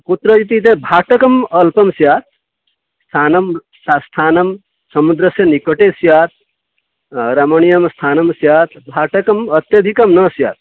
कुत्र इति ते भाटकम् अल्पं स्यात् स्थानं स स्थानं समुद्रस्य निकटे स्यात् रमणीयं स्थानं स्यात् भाटकम् अत्यधिकं न स्यात्